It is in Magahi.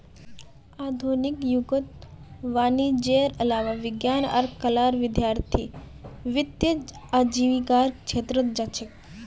आधुनिक युगत वाणिजयेर अलावा विज्ञान आर कलार विद्यार्थीय वित्तीय आजीविकार छेत्रत जा छेक